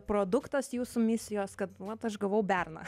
produktas jūsų misijos kad vat aš gavau berną